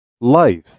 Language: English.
Life